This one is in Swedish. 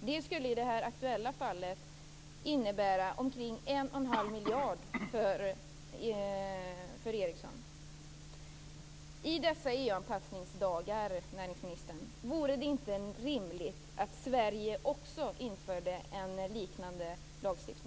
Det skulle i det aktuella fallet innebära omkring en och en halv miljard för Ericsson. I dessa EU-anpassningsdagar, näringsministern, vore det inte rimligt att också Sverige införde en liknande lagstiftning?